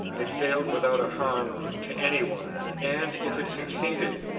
it failed without harm to any one and, if it succeeded,